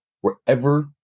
wherever